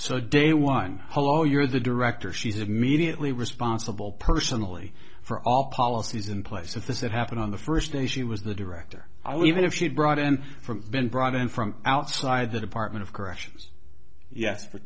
so day one polo you're the director she's immediately responsible personally for all policies in place if this had happened on the first day she was the director i would even if she had brought in from been brought in from outside the department of corrections yes for